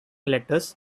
letters